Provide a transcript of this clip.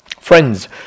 Friends